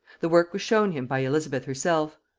the work was shown him by elizabeth herself.